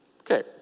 Okay